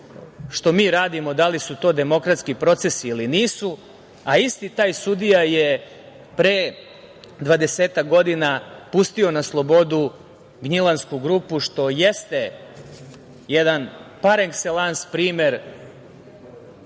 što mi radimo, da li su to demokratski procesi ili nisu, a isti taj sudija je pre dvadesetak godina pustio na slobodu „Gnjilansku grupu“ što jeste jedan par ekselans primer